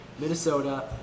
Minnesota